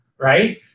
right